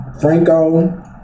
Franco